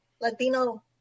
latino